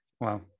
Wow